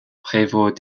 prévôt